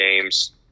games